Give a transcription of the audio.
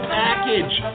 package